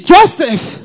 Joseph